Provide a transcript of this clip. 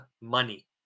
money